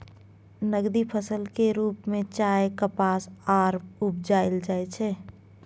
नकदी फसल के रूप में चाय, कपास आर उपजाएल जाइ छै